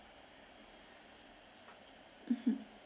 mmhmm